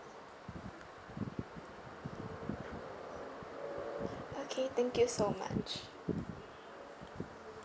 okay thank you so much